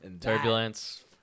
Turbulence